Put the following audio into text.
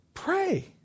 pray